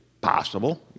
possible